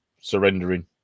surrendering